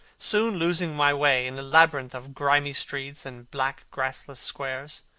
soon losing my way in a labyrinth of grimy streets and black grassless squares.